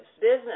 business